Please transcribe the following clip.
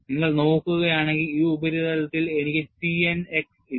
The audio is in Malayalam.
നിങ്ങൾ നോക്കിയാൽ ഈ ഉപരിതലത്തിൽ എനിക്ക് T n x ഇല്ല